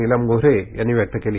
Neelam Gorhe यांनी व्यक्त केली